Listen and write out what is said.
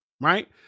Right